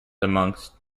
amongst